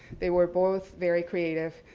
they were both very creative.